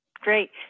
Great